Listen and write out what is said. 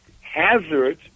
Hazard